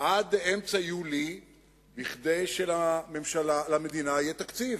עד אמצע יולי כדי שלמדינה יהיה תקציב.